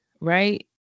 right